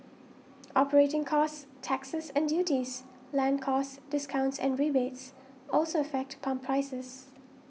operating costs taxes and duties land costs discounts and rebates also affect pump prices